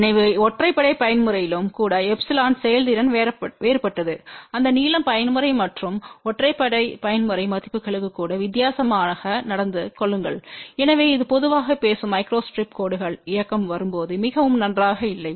எனவே ஒற்றைப்படை பயன்முறையிலும் கூட எப்சிலன் செயல்திறன் வேறுபட்டது அந்த நீளம் பயன்முறை மற்றும் ஒற்றைப்படை பயன்முறை மதிப்புகளுக்கு கூட வித்தியாசமாக நடந்து கொள்ளுங்கள் எனவே இது பொதுவாக பேசும் மைக்ரோஸ்டிரிப் கோடுகள் இயக்கம் வரும்போது மிகவும் நன்றாக இல்லை